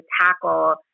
tackle